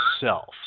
self